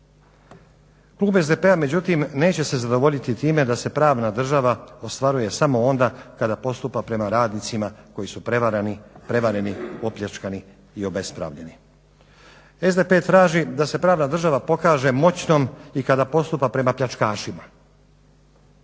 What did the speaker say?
Klub SDP-a međutim neće se zadovoljiti time da se pravna država ostvaruje samo onda kada postupa prema radnicima koji su prevareni, opljačkani i obespravljeni. SDP traži da se pravna država pokaže moćnom i kada postupa prema pljačkašima,